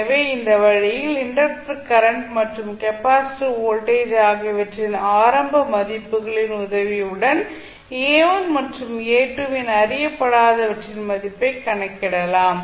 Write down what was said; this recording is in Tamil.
எனவே இந்த வழியில் இண்டக்டர் கரண்ட் மற்றும் கெப்பாசிட்டர் வோல்டேஜ் ஆகியவற்றின் ஆரம்ப மதிப்புகளின் உதவியுடன் A1 மற்றும் A2 என அறியப்படாதவற்றின் மதிப்பைக் கணக்கிடலாம்